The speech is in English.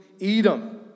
Edom